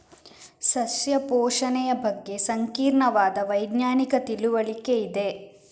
ಸಸ್ಯ ಪೋಷಣೆಯ ಬಗ್ಗೆ ಸಂಕೀರ್ಣವಾದ ವೈಜ್ಞಾನಿಕ ತಿಳುವಳಿಕೆ ಇದೆ